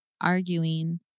arguing